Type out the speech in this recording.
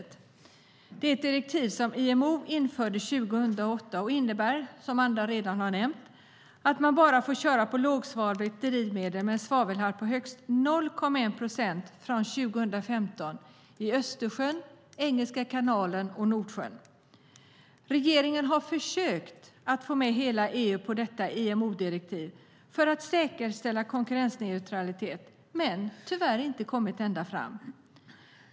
Det är ett direktiv som IMO införde 2008 och som innebär, vilket andra redan har nämnts, att man bara får köra på lågsvavligt drivmedel med en svavelhalt på högst 0,1 procent från 2015 i Östersjön, Engelska kanalen och Nordsjön. Regeringen har försökt få med hela EU på detta IMO-direktiv för att säkerställa konkurrensneutralitet men tyvärr inte kommit ända fram.